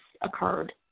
occurred